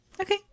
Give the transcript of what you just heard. Okay